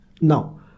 Now